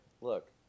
look